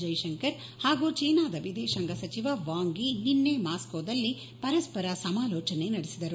ಜೈಶಂಕರ್ ಹಾಗೂ ಚೀನಾದ ವಿದೇಶಾಂಗ ಸಚಿವ ವಾಂಗ್ ಯಿ ನಿನ್ನೆ ಮಾಸ್ಕೋದಲ್ಲಿ ಪರಸ್ವರ ಸಮಾಲೋಚನೆ ನಡೆಸಿದರು